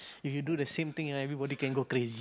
if you do the same thing right everybody can go crazy